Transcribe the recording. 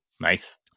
Nice